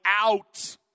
out